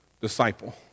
disciple